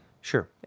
Sure